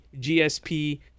GSP